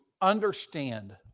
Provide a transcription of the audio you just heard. understand